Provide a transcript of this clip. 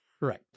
Right